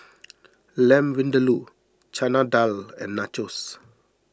Lamb Vindaloo Chana Dal and Nachos